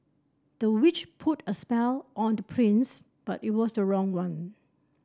the witch put a spell on the prince but it was the wrong one